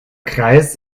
kreis